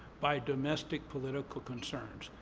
by domestic political concerns.